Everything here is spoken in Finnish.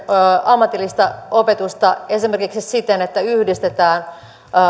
ammatillista opetusta esimerkiksi siten että yhdistetään